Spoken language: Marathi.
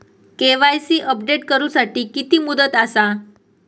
के.वाय.सी अपडेट करू साठी किती मुदत आसा?